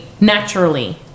naturally